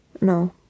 No